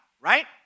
right